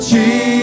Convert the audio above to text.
Jesus